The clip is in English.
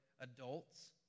adults